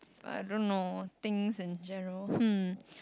I don't know things in general hmm